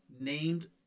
named